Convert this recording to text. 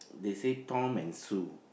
they say Tom and Sue